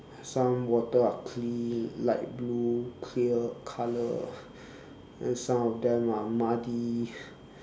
some water are clean light blue clear colour then some of them are muddy